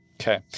Okay